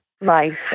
life